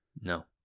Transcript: no